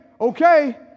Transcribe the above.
okay